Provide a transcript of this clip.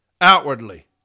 outwardly